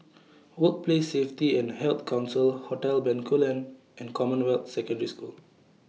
Workplace Safety and Health Council Hotel Bencoolen and Commonwealth Secondary School